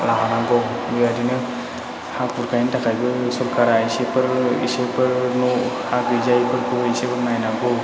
राहा लानांगौ बेबायदिनो हा खुरखायिनि थाखायबो जोंनि सोरखारा इसेफोर न' हा गैजायिफोरखौ बिसोरखौ नायनांगौ